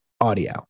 audio